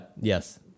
Yes